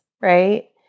right